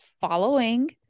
following